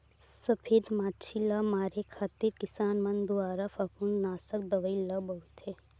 सफेद मांछी ल मारे खातिर किसान मन दुवारा फफूंदनासक दवई ल बउरथे